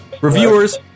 reviewers